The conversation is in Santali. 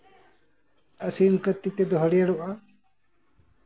ᱟᱹᱥᱤᱱ ᱠᱟᱨᱛᱤᱠ ᱛ ᱮᱫᱚ ᱦᱟᱹᱨᱭᱟᱲᱚᱜᱼᱟ